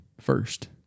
first